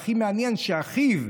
והכי מעניין שאחיו,